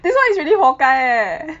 this one is really 活该 eh